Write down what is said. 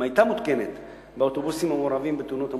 אם היתה מותקנת באוטובוסים המעורבים בתאונות המוזכרות,